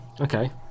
okay